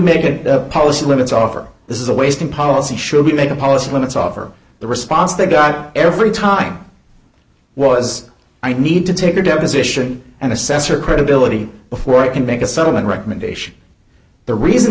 good policy limits offer this is a wasting policy should be made a policy limits offer the response they got every time was i need to take a deposition and assess her credibility before i can make a settlement recommendation the reason